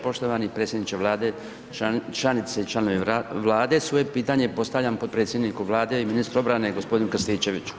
Poštovani predsjedniče Vlade, članice i članovi Vlade svoje pitanje postavljam potpredsjedniku Vlade i ministru obrane gospodine Krstičeviću.